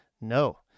no